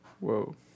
Whoa